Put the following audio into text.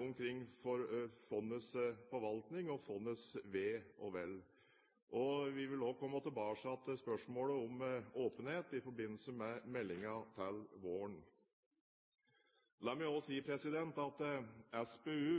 omkring fondets forvaltning og fondets ve og vel. Vi vil også komme tilbake til spørsmålet om åpenhet i forbindelse med meldingen til våren. La meg også si at SPU